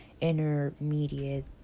intermediate